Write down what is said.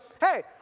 Hey